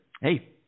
Hey